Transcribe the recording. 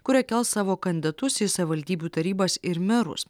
kurie kels savo kandatus į savivaldybių tarybas ir merus